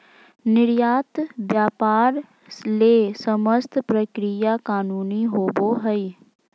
निर्यात व्यापार ले समस्त प्रक्रिया कानूनी होबो हइ